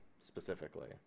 specifically